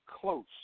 close